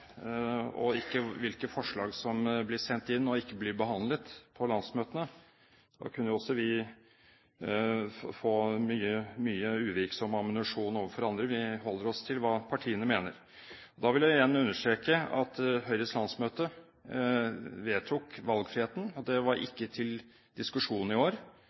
og ikke hvilke forslag som blir sendt inn og ikke blir behandlet på landsmøtene. Da kunne også vi få mye uvirksom ammunisjon overfor andre. Vi holder oss til hva partiene mener. Da vil jeg igjen understreke at Høyres landsmøte vedtok valgfriheten. Det var ikke til diskusjon i år.